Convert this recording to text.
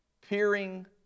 peering